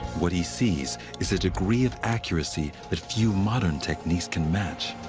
what he sees is a degree of accuracy that few modern techniques can match.